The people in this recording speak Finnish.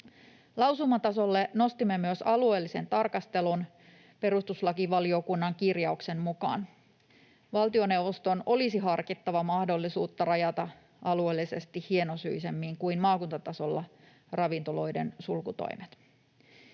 Lausumatasolle nostimme myös alueellisen tarkastelun perustuslakivaliokunnan kirjauksen mukaan. Valtioneuvoston olisi harkittava mahdollisuutta rajata ravintoloiden sulkutoimet alueellisesti hienosyisemmin kuin maakuntatasolla. Loppuun vielä